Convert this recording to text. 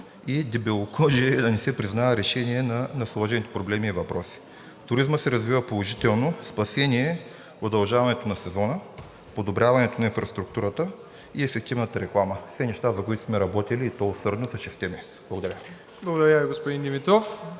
и дебелокожие е да не се признае решение на сложния проблемен въпрос. Туризмът се развива положително. Спасение е удължаването на сезона, подобряването на инфраструктурата и ефективната реклама. Все неща, за които сме работили, и то усърдно, за шестте месеца. Благодаря Ви.